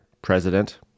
president